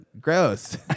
gross